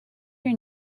your